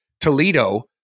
Toledo